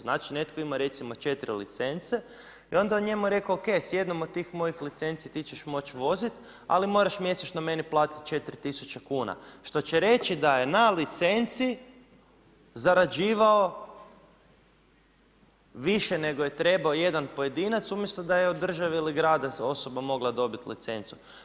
Znači netko je imao recimo 4 licence i onda je on njemu rekao ok, s jednom od tih mojih licenci ti ćeš moć vozit, ali moraš mjesečno meni platit 4000 kuna. što će reći da je na licenci zarađivao više nego je trebao jedan pojedinac, umjesto da je od države ili grada osoba mogla dobit licencu.